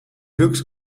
looks